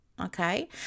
Okay